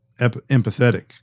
empathetic